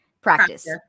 Practice